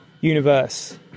universe